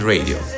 Radio